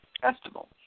Festival